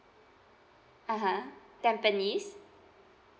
(uh huh) tampines